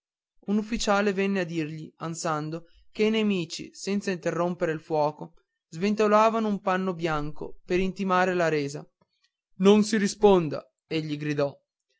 un ufficiale venne a dirgli ansando che i nemici senza interrompere il fuoco sventolavano un panno bianco per intimare la resa non si risponda egli gridò